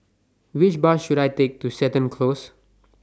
Which Bus should I Take to Seton Close